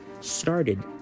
started